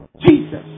Jesus